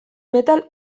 metal